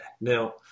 now